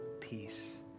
peace